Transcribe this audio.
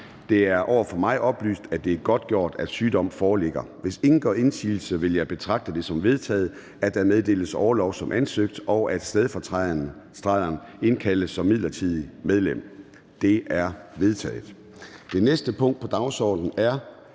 Det er over for mig oplyst, at det er godtgjort, at sygdom foreligger. Hvis ingen gør indsigelse, vil jeg betragte det som vedtaget, at der meddeles orlov som ansøgt, og at stedfortræderen indkaldes som midlertidigt medlem. Det er vedtaget. --- Det næste punkt på dagsordenen er: